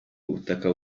butaka